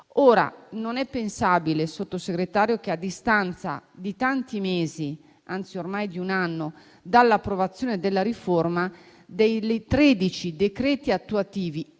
Ora non è pensabile, Sottosegretaria, che, a distanza di tanti mesi, anzi ormai di un anno, dall'approvazione della riforma, dei tredici decreti attuativi